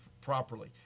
properly